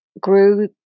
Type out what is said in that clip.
grew